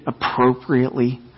appropriately